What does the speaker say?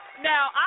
Now